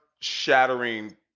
shattering